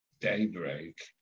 daybreak